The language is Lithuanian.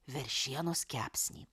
veršienos kepsnį